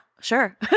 sure